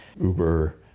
uber